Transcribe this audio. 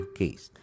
case